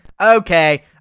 okay